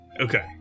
Okay